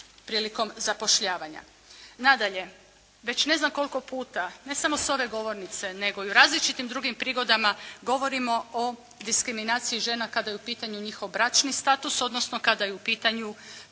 prilikom zapošljavanja. Nadalje, već ne znam koliko puta ne samo sa ove govornice nego i u različitim drugim prigodama govorimo o diskriminaciji žena kada je u pitanju njihov bračni status, odnosno kada je u pitanju majčinstvo.